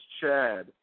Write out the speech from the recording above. Chad